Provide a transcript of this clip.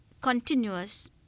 continuous